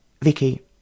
Vicky